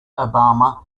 obama